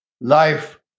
life